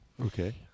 okay